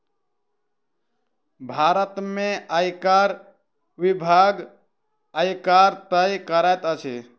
भारत में आयकर विभाग, आयकर तय करैत अछि